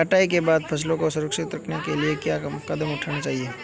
कटाई के बाद फसलों को संरक्षित करने के लिए क्या कदम उठाने चाहिए?